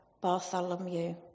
Bartholomew